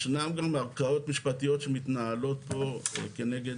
ישנן גם ערכאות משפטיות שמתנהלות פה כנגד